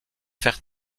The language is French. faire